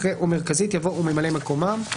אחרי "או מרכזית" יבוא "וממלאי מקומם";